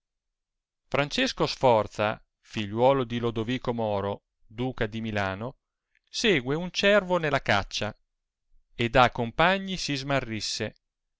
francesco sforza figliuolo di lodovico moro duca di milano segue un cervo nella caccia e da compagni si smarrisse